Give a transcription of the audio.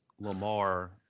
Lamar